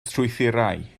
strwythurau